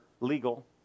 legal